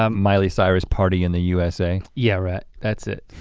um miley cyrus party in the usa? yeah rhett, that's it.